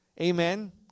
Amen